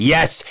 Yes